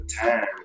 time